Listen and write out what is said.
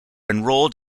enrolled